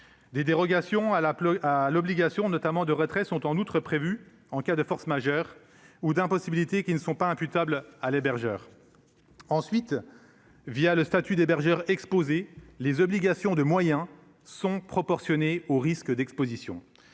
des dérogations à la à l'obligation notamment de retraits sont en outre prévues en cas de force majeur ou d'impossibilité qui ne sont pas imputables à l'hébergeur ensuite via le statut d'hébergeur exposées les obligations de moyens sont proportionnées aux risques d'Exposition,